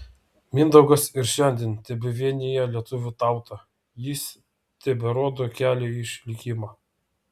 mindaugas ir šiandien tebevienija lietuvių tautą jis teberodo kelią į išlikimą